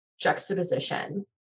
juxtaposition